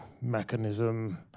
mechanism